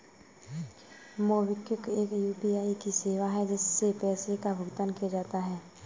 MobiKwik एक UPI की सेवा है, जिससे पैसे का भुगतान किया जाता है